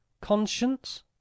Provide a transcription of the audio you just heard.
Conscience